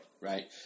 Right